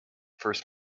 first